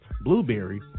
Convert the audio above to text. Blueberry